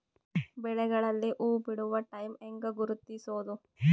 ಬೆಳೆಗಳಲ್ಲಿ ಹೂಬಿಡುವ ಟೈಮ್ ಹೆಂಗ ಗುರುತಿಸೋದ?